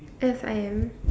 S_I_M